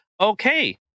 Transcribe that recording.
okay